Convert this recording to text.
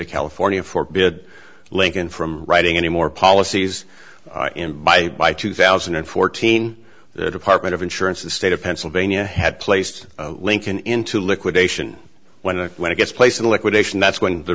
of california for bid lincoln from writing anymore policies and by two thousand and fourteen the department of insurance the state of pennsylvania had placed lincoln into liquidation when when it gets placed in liquidation that's when the